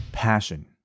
passion